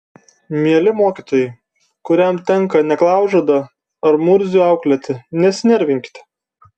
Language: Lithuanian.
mieli mokytojai kuriam tenka neklaužadą ar murzių auklėti nesinervinkite